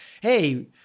Hey